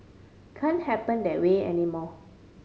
can happen that way anymore